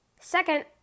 second